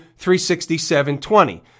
367.20